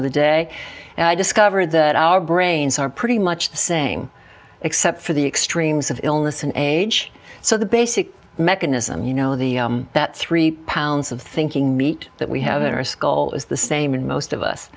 of the day and i discovered that our brains are pretty much the same except for the extremes of illness and age so the basic mechanism you know the three pounds of thinking meat that we have in our skoal is the same in most of us